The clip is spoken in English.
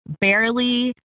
barely